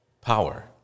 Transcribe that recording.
power